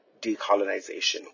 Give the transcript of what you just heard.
decolonization